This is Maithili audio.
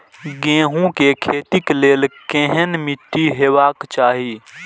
गेहूं के खेतीक लेल केहन मीट्टी हेबाक चाही?